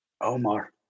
Omar